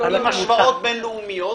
עם השוואות בין-לאומיות